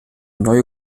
neue